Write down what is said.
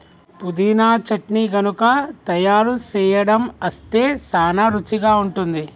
పుదీనా చట్నీ గనుక తయారు సేయడం అస్తే సానా రుచిగా ఉంటుంది